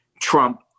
Trump